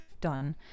done